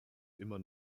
immer